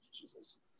Jesus